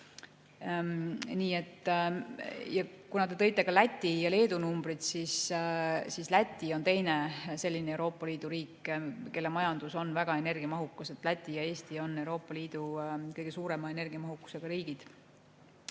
Te tõite välja ka Läti ja Leedu numbrid – Läti on teine selline Euroopa Liidu riik, kelle majandus on väga energiamahukas. Läti ja Eesti on Euroopa Liidu kõige suurema energiamahukusega riigid.